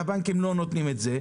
והבנקים לא נותנים את זה.